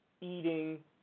eating